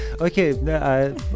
Okay